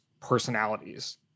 personalities